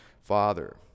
father